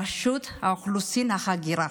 רשות האוכלוסין וההגירה.